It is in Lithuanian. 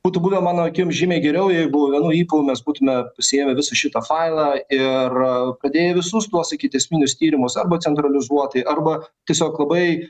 būtų buvę mano akim žymiai geriau jeigu vienu ypu mes būtume pasiėmę visą šitą failą ir padėję visus tuos ikiteisminius tyrimus arba centralizuotai arba tiesiog labai